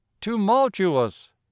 tumultuous